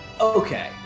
Okay